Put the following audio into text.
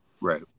Right